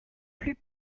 plus